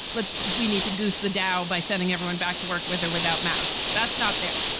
let's. we need to goose the dow by sending everyone back to work with or without masks. that's not there.